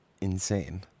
insane